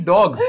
Dog